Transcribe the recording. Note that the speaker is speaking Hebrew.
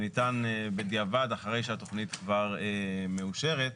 שניתן בדיעבד אחרי שהתכנית כבר מאושרת.